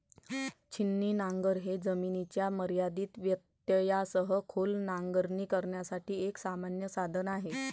छिन्नी नांगर हे जमिनीच्या मर्यादित व्यत्ययासह खोल नांगरणी करण्यासाठी एक सामान्य साधन आहे